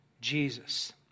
Jesus